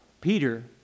Peter